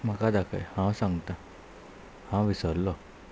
म्हाका दाखय हांव सांगता हांव विसरलो